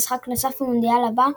ומשחק נוסף במונדיאל הבא,